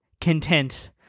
content